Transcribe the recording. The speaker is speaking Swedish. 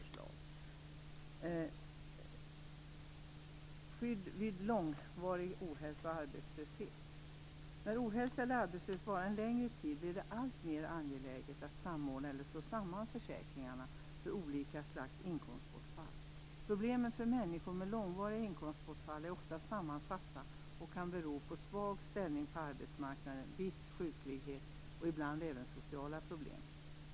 Jag vill så ta upp skyddet vid långvarig ohälsa och arbetslöshet. När ohälsa eller arbetslöshet varar en längre tid blir det alltmer angeläget att samordna eller slå samman försäkringarna för olika slags inkomstbortfall. Problemen för människor med långvariga inkomstbortfall är ofta sammansatta och kan bero på svag ställning på arbetsmarknaden, viss sjuklighet och ibland även sociala problem.